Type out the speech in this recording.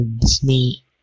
Disney